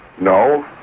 No